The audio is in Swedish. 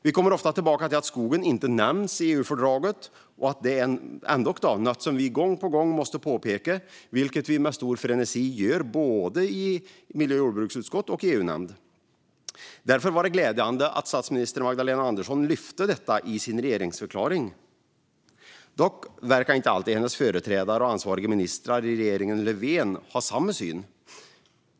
Vi kommer ofta tillbaka till att skogen inte nämns i EU-fördraget. Det är något som vi gång på gång måste påpeka, vilket vi med stor frenesi gör både i miljö och jordbruksutskottet och i EU-nämnden. Därför var det glädjande att statsminister Magdalena Andersson lyfte fram detta i sin regeringsförklaring. Dock verkade inte alltid hennes företrädare och ansvariga ministrar i regeringen Löfven ha samma syn.